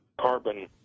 carbon